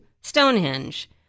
Stonehenge